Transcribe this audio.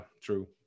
True